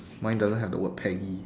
mine doesn't have the word peggy